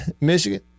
Michigan